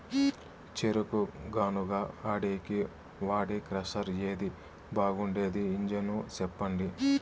చెరుకు గానుగ ఆడేకి వాడే క్రషర్ ఏది బాగుండేది ఇంజను చెప్పండి?